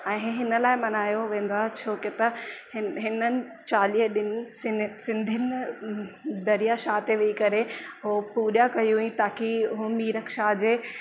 ऐं हे हिन लाइ मल्हायो वेंदो आहे छोकी त हिन हिननि चालीह ॾिन सिन सिंधीयुनि दरिया शाह ते वेही करे हो पूजा कई हुई ताकी हू मिरख शाह जे